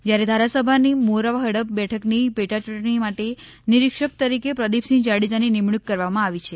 જ્યારે ધારાસભાની મોરવા હડફ બેઠકની પેટા ચૂંટણી માટે નિરીક્ષક તરીકે પ્રદીપસિંહ જાડેજાની નિમણૂંક કરવામાં આવી છે